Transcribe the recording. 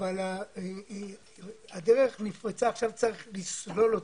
אבל את הדרך עכשיו צריך לסלול.